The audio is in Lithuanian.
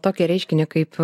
tokio reiškinio kaip